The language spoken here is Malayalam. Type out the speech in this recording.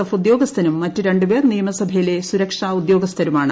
എഫ് ഉദ്യോഗസ്ഥനും മറ്റ് രണ്ടുപേർ നിയമസഭയിലെ സുരക്ഷാ ഉദ്യോഗസ്ഥരുമാണ്